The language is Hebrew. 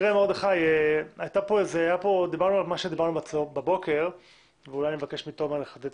דיברנו כאן על מה שדיברנו הבוקר ואני אבקש מתומר לחדד.